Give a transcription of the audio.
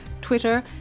twitter